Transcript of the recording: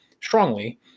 strongly